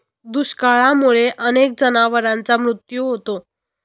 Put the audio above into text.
दुष्काळामुळे अनेक जनावरांचा मृत्यू होतो